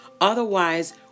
otherwise